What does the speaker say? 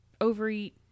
overeat